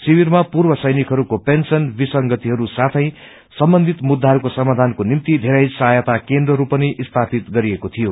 शिविरामा पूर्व सैनिकहरूको पेन्सन विसंगतिहरू साथे सम्बन्धित मुद्दाहरूको सामाधानको निम्ति धेरै सहायता केन्द्रहरू पनि स्थापित गरिएको र्तियो